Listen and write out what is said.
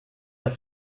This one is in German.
hast